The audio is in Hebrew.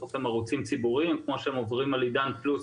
בסוף הם ערוצים ציבורים וכמו שהם עוברים על עידן פלוס,